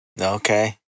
Okay